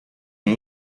اون